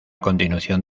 continuación